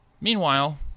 Meanwhile